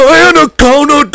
anaconda